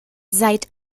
seit